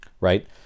right